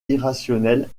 irrationnel